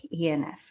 ENF